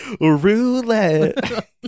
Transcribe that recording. Roulette